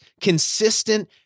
consistent